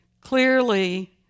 Clearly